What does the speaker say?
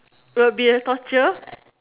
will be a torture